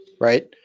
right